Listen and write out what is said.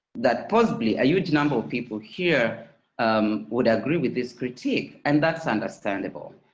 that possibly a huge number of people here um would agree with this critique and that is understandable.